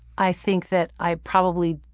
i think that i probably